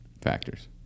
Factors